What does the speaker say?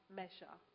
measure